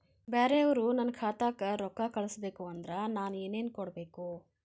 ಬ್ಯಾರೆ ಅವರು ನನ್ನ ಖಾತಾಕ್ಕ ರೊಕ್ಕಾ ಕಳಿಸಬೇಕು ಅಂದ್ರ ನನ್ನ ಏನೇನು ಕೊಡಬೇಕು?